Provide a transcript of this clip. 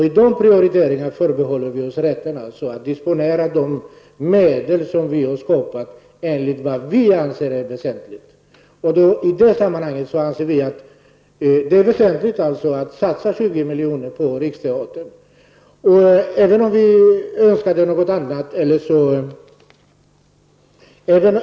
I de prioriteringarna förbehåller vi oss rätten att disponera de medel som vi har skapat, enligt det vi anser väsentligt. I det sammanhanget anser vi att det är väsentligt att satsa 20 milj.kr. på Riksteatern.